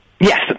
Yes